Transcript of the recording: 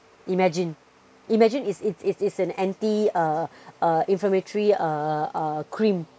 imagine imagine it's it's it's an anti uh uh inflammatory uh uh cream